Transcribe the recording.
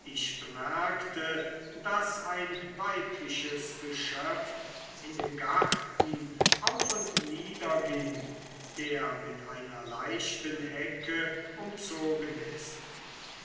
ich bemerkte daß ein weibliches geschöpf in dem garten auf und nieder ging der mit einer leichten hecke umzogen ist